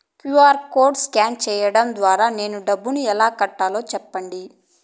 QR code scan సేయడం ద్వారా నేను డబ్బును ఎలా కట్టాలో సెప్పండి?